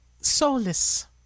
soulless